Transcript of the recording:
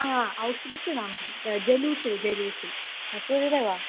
हा औषधस्य नामः जलूसिल् जलूसिल् अ श्रूयते वा